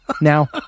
now